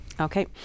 Okay